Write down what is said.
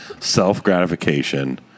self-gratification